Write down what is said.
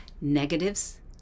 Negatives